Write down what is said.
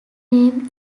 name